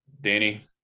Danny